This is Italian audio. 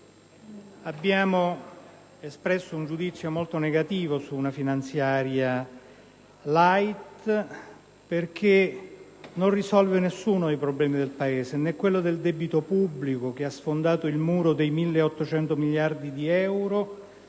abbiamo espresso un giudizio molto negativo su questa finanziaria *light*, perché essa non risolve nessuno dei problemi del Paese: né quello del debito pubblico (che ha sfondato il muro dei 1.800 miliardi di euro),